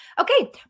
Okay